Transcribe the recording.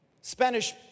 Spanish